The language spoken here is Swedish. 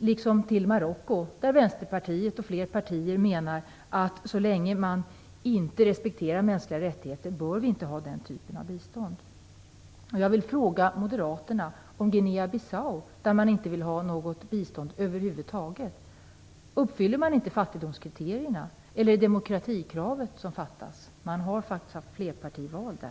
anser Vänsterpartiet och flera andra partier att så länge man inte respekterar mänskliga rättigheter bör den typen av bistånd inte utgå. Jag vill fråga Moderaterna om Guinea Bissau där Moderaterna inte vill ha något bistånd över huvud taget. Uppfyller man inte fattigdomskriterierna i Guinea Bissau? Eller är det demokratikravet som fattas? Man har faktiskt haft flerpartival där.